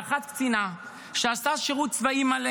האחת קצינה שעשתה שירות צבאי מלא